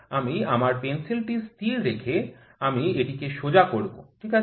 আমি আমার পেনসিলটি স্থির রাখে আমি এটিকে সোজা করব ঠিক আছে